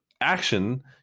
Action